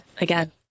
again